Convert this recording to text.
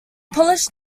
polish